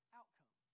outcome